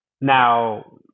Now